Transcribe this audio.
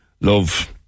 love